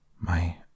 My